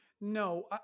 No